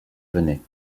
venaient